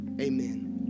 Amen